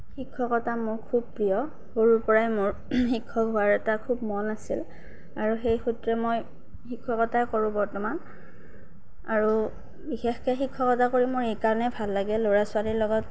শিক্ষকতা মোৰ খুব প্ৰিয় সৰুৰ পৰাই মোৰ শিক্ষক হোৱাৰ খুব এটা মন আছিল আৰু সেই সূত্ৰে মই শিক্ষকতা কৰোঁ বৰ্তমান আৰু বিশেষকৈ শিক্ষকতা কৰি মোৰ এইকাৰণেই ভাল লাগে ল'ৰা ছোৱালীৰ লগত